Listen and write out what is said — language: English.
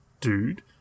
dude